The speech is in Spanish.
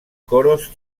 coros